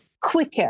quicker